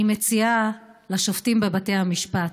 אני מציעה לשופטים בבתי המשפט: